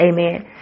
Amen